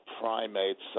primates